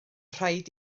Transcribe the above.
rhaid